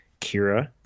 Kira